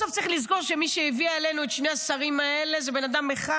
בסוף צריך לזכור שמי שהביא עלינו את שני השרים האלה זה בן אדם אחד,